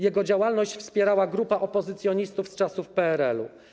Jego działalność wspierała grupa opozycjonistów z czasów PRL-u.